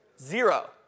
Zero